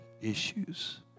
issues